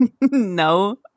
No